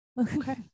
okay